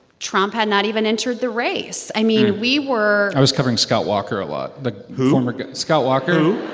trump had not even entered the race. i mean, we were. i was covering scott walker a lot, the. who. former scott walker who?